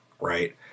right